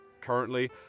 currently